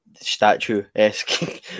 statue-esque